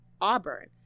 Auburn